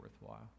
worthwhile